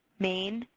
main,